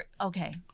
okay